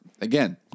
again